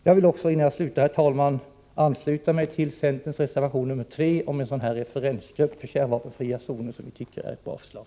Jag vill också, herr talman, ansluta mig till centerns reservation 3 om en referensgrupp för kärnvapenfri zon, som vi tycker är ett bra förslag.